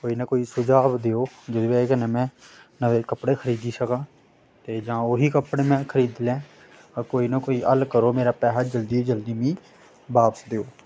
कोई ना कोई सुझाव देओ जेह्दे कन्नै में नवें कपड़े खरीदी सक्कां जां फिर ओही कपड़े में खरीदी लें ते कोई ना कोई हल्ल करो मेरा पैसा जल्दी जल्दी मिगी बापस देओ